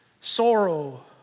Sorrow